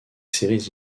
séries